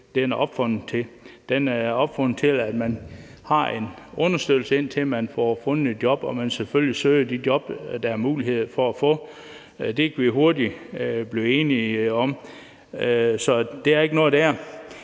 Den er opfundet til, at man har en understøttelse, indtil man får fundet et job, og selvfølgelig søger man de job, der er muligheder for at få. Det kan vi hurtigt blive enige om, så der er ikke noget dér.